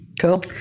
Cool